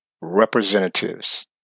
representatives